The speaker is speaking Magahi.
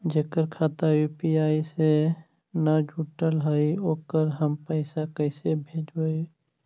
जेकर खाता यु.पी.आई से न जुटल हइ ओकरा हम पैसा कैसे भेजबइ?